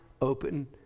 open